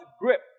Grip